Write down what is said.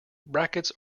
brackets